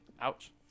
Ouch